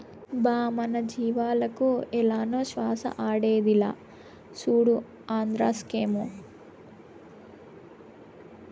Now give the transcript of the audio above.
బా మన జీవాలకు ఏలనో శ్వాస ఆడేదిలా, సూడు ఆంద్రాక్సేమో